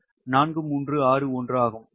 4361 ஆகும்